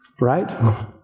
Right